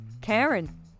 Karen